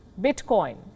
Bitcoin